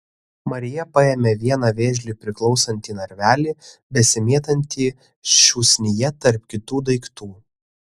marija paėmė vieną vėžliui priklausantį narvelį besimėtantį šūsnyje tarp kitų daiktų